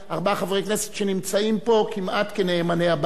ארבעה חברי כנסת שנמצאים פה כמעט כנאמני הבית.